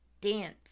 Dance